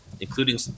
including